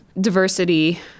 diversity